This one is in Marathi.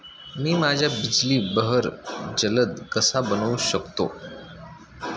मी माझ्या बिजली बहर जलद कसा बनवू शकतो?